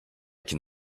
can